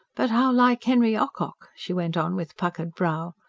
but how like henry ocock, she went on with puckered brow.